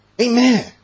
Amen